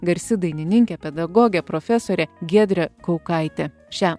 garsi dainininkė pedagogė profesorė giedrė kaukaitė šią